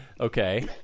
Okay